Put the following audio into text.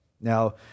Now